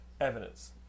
evidence